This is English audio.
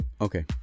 okay